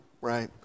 right